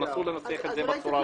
תנסו לנסח את זה בצורה הזאת.